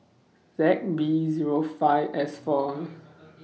Z B Zero five S four